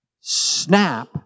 Snap